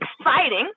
exciting